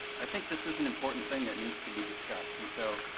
i think this is an important thing that needs to be discussed, and so,